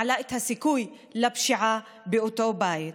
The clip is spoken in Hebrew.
מעלה את הסיכוי לפשיעה באותו בית,